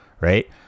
right